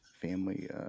family